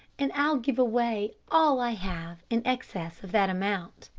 and i'll give away all i have in excess of that amount.